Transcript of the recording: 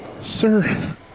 Sir